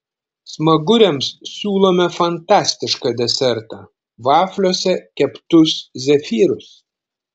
smaguriams siūlome fantastišką desertą vafliuose keptus zefyrus